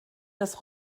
dass